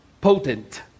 potent